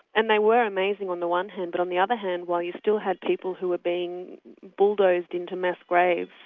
and they were amazing on the one hand, but on the other hand, while you still had people who were being bulldozed into mass graves,